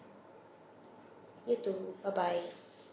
you too bye bye